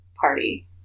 party